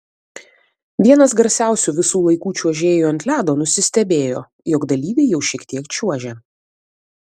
vienas garsiausių visų laikų čiuožėjų ant ledo nusistebėjo jog dalyviai jau šiek tiek čiuožia